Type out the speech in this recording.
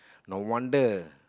no wonder